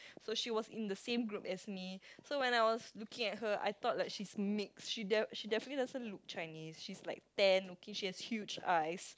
so she was in the same group as me so when I was looking at her I thought like she's mix she def~ she definitely doesn't look Chinese she's like tan looking she has huge eyes